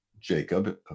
Jacob